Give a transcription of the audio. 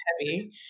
heavy